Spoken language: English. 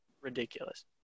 ridiculous